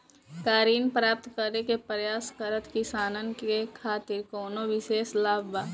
का ऋण प्राप्त करे के प्रयास करत किसानन के खातिर कोनो विशेष लाभ बा